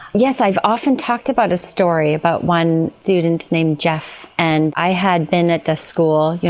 yes, i have often talked about a story about one student named jeff, and i had been at the school.